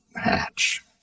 hatch